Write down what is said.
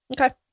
Okay